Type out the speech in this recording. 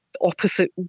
opposite